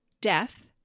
death